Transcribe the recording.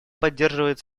поддерживает